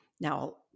Now